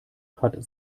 hat